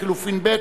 לחלופין ב',